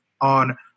on